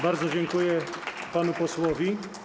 Bardzo dziękuję panu posłowi.